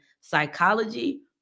psychology